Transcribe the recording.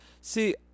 See